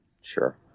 Sure